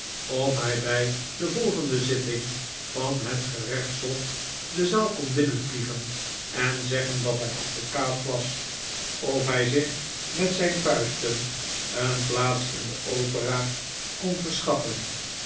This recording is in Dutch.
of hij bij de volgende zitting van het gerechtshof de zaal kon binnenvliegen en zeggen dat hij advocaat was of hij zich met zijn vuisten een plaats in de opera kon verschaffen